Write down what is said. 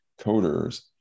coders